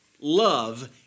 love